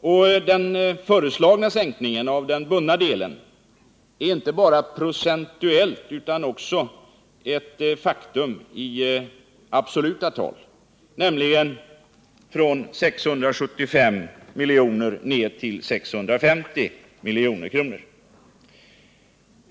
Och den föreslagna sänkningen av den bundna delen är inte bara procentuell utan också ett faktum i absoluta tal, nämligen från 676 milj.kr. ned till 650 milj.kr.